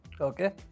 okay